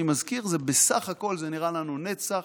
אני מזכיר, זה נראה לנו נצח,